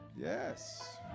Yes